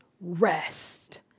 rest